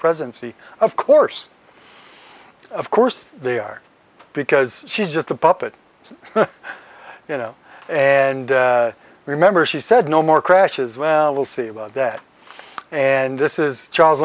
presidency of course of course they are because she's just a puppet you know and remember she said no more crashes well we'll see about that and this is charles